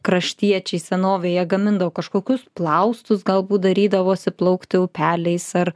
kraštiečiai senovėje gamindavo kažkokius plaustus galbūt darydavosi plaukti upeliais ar